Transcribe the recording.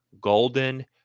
Golden